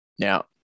Now